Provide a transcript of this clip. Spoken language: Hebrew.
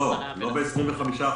לא ב-25%.